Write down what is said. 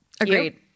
Agreed